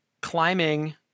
climbing